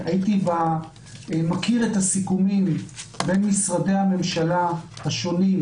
מכיר את הסיכומים בין משרדי הממשלה השונים,